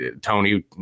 tony